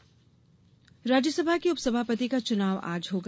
उपसभापति चुनाव राज्यसभा के उपसभापति का चुनाव आज होगा